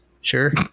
Sure